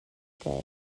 gay